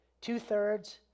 two-thirds